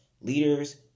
leaders